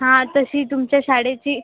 हां तशी तुमच्या शाळेची